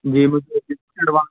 جی advance